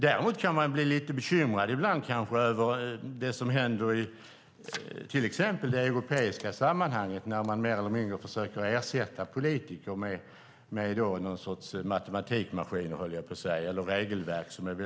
Däremot kan jag ibland bli lite bekymrad över det som händer till exempel i det europeiska sammanhanget när man mer eller mindre försöker ersätta politiker med detaljerade regelverk.